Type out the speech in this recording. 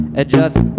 adjust